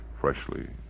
freshly